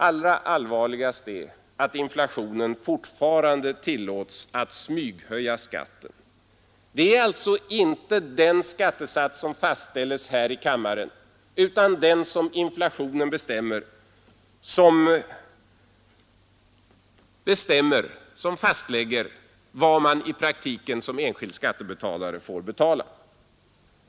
Allra allvarligast är att inflationen fortfarande tillåts att smyghöja skatten. Det är alltså inte den skattesats som fastställs här i kammaren utan den som inflationen bestämmer som fastlägger vad man i praktiken som enskild skattebetalare får betala.